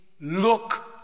look